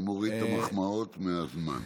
אני מוריד את המחמאות מהזמן.